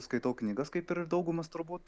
skaitau knygas kaip ir daugumas turbūt